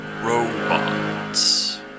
robots